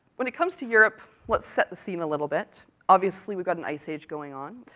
when it comes to europe, let's set the scene a little bit. obviously, we've got an ice age going on,